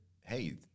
hey